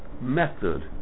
method